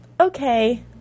okay